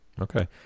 Okay